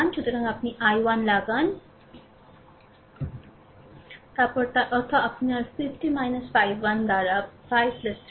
সুতরাং এখানে আপনি i1 লাগান তারপরে তার অর্থ আপনার 50 v1 বাই5 3 i2